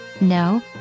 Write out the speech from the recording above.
No